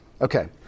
Okay